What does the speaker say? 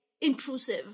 intrusive